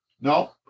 No